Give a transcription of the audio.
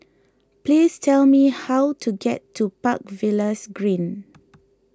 please tell me how to get to Park Villas Green